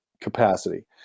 capacity